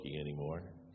anymore